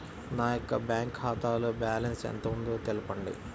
నా యొక్క బ్యాంక్ ఖాతాలో బ్యాలెన్స్ ఎంత ఉందో తెలపండి?